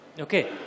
okay